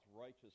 righteous